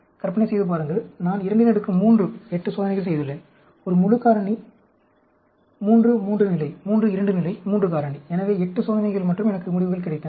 கற்பனை செய்து பாருங்கள் நான் 23 8 சோதனைகள் செய்துள்ளேன் ஒரு முழு காரணி 3 3 நிலை 3 2 நிலை 3 காரணி எனவே 8 சோதனைகள் மற்றும் எனக்கு சில முடிவுகள் கிடைத்தன